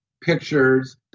pictures